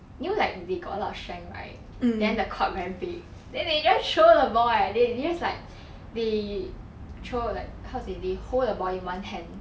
you know like they got a lot of strength right then the court very big then they just throw the ball eh they just like they throw like how to say they hold the ball in one hand